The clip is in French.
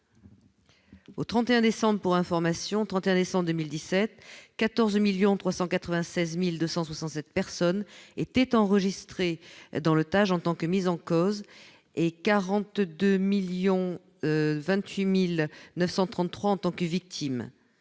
au 31 décembre 2017, que 14 396 267 personnes étaient enregistrées dans le TAJ en tant que mises en cause et 42 028 933 en tant que victimes.